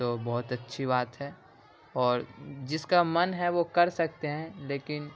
تو بہت اچھی بات ہے اور جس کا من ہے وہ کر سکتے ہیں لیکن